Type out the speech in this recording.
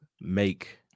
make